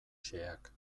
xeheak